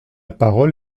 parole